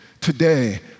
today